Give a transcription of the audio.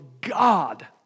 God